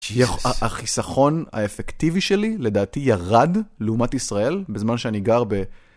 החיסכון האפקטיבי שלי לדעתי ירד לעומת ישראל בזמן שאני גר ב...